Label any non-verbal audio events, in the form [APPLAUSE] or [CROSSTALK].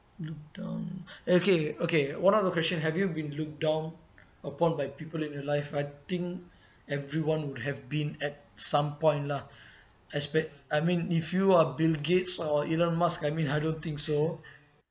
look down [BREATH] okay okay one of the question have you been looked down upon by people in your life I think everyone would have been at some point lah [BREATH] espe~ I mean if you are bill gates or elon musk I mean I don't think so